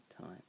time